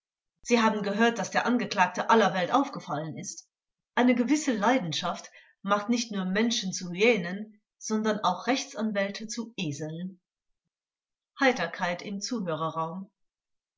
sie haben gehört daß der angeklagte aller welt aufgefallen ist eine gewisse leidenschaft macht nicht nur menschen zu hyänen sondern auch rechtsanwälte zu eseln